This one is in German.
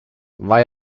war